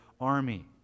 army